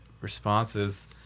responses